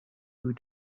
you